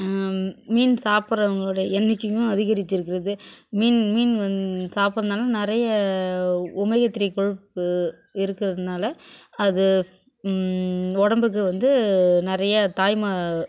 மீன் சாப்பிடுறவங்களோட எண்ணிக்கையும் அதிகரிச்சுருக்கிறது மீன் மீன் வந் சாப்பிட்றதுனால நிறைய உமையத்ரீ கொழுப்பு இருக்கிறதுனால அது ஃப் உடம்புக்கு வந்து நிறையா தாய்ம